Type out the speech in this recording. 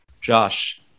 Josh